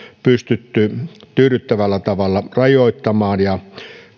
pystytty tyydyttävällä tavalla rajoittamaan ja